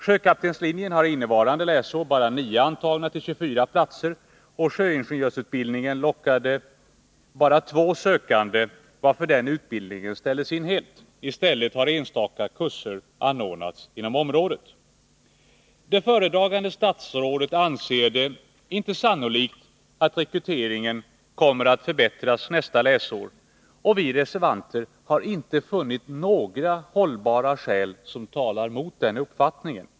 Sjökaptenslinjen har innevarande läsår bara nio antagna till 24 platser, och sjöingenjörsutbildningen lockade bara två sökande, varför den utbildningen ställdes in helt. I stället har enstaka kurser anordnats inom området. Det föredragande statsrådet anser det inte sannolikt att rekryteringen kommer att förbättras nästa läsår, och vi reservanter har inte funnit några hållbara skäl som talar mot den uppfattningen.